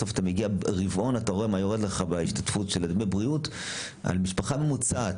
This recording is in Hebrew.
בסוף הרבעון אתה רואה מה יורד לך בהשתתפות: במשפחה ממוצעת,